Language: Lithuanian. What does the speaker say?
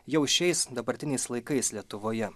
jau šiais dabartiniais laikais lietuvoje